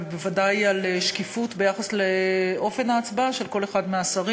אבל בוודאי על שקיפות של אופן ההצבעה של כל אחד מהשרים.